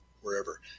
wherever